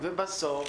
ובסוף,